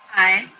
aye.